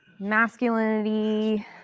masculinity